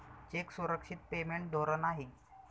check सुरक्षित payment धोरण आहे